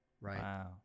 Right